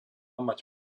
mať